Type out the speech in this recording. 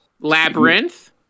labyrinth